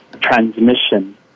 transmission